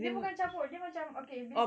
dia bukan cabut dia macam okay